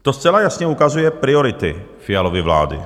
To zcela jasně ukazuje priority Fialovy vlády.